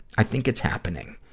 i think it's happening.